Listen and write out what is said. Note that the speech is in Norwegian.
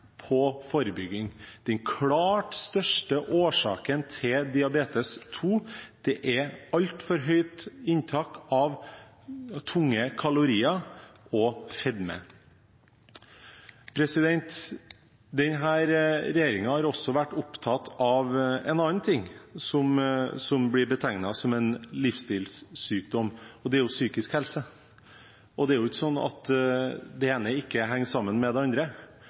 på forebygging. Den klart største årsaken til diabetes 2 er et altfor høyt inntak av tunge kalorier og fedme. Denne regjeringen har også vært opptatt av en annen ting som blir betegnet som en livsstilssykdom, og det er psykisk helse. Det er ikke slik at det ene ikke henger sammen med det andre,